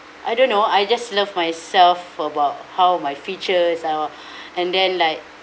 I don't know I just love myself about how my features are and then like